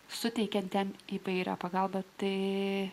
suteikiate įvairią pagalbą tai